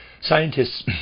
Scientists